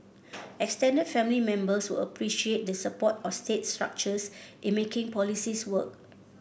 extended family members would appreciate the support of state structures in making policies work